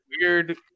weird